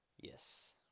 Yes